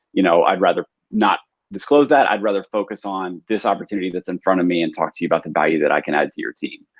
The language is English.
you know i'd rather not disclose that. i'd rather focus on this opportunity that's in front of me and talk to you about the value that i can add to your team.